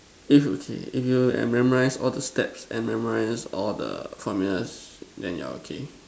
if you can if you can memorize all the stats and memorize all the formulas then you are okay